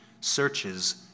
searches